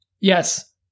Yes